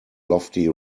lofty